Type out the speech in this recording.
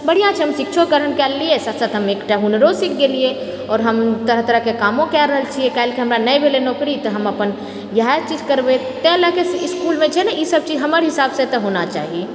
बढ़िआँ छै ने शिक्षोकरण कए लेलियै साथ साथ हम एकटा हुनरो सीख गेलियै आओर हम तरह तरहकेँ कामो कए रहल छियै काल्हिके हमरा नहि भेलै नौकरी तऽ हम अपन इहए चीज करबै तैँ लएके इसकुलमे छै ने ई सब चीज हमर हिसाबसँ तऽ होना चाही